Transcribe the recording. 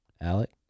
Alec